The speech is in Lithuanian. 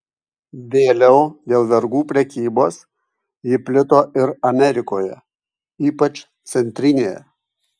vėliau dėl vergų prekybos ji plito ir amerikoje ypač centrinėje